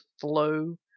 flow